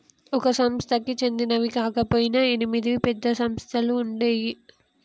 ఒక సంస్థకి చెందినవి కాకపొయినా ఎనిమిది పెద్ద సంస్థలుగా ఉండేయ్యి